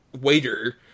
waiter